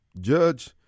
judge